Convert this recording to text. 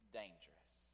dangerous